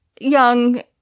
young